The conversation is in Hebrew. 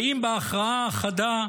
גאים בהכרעה החדה,